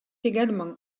également